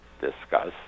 discuss